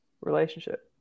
relationship